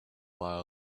buy